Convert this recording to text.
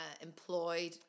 employed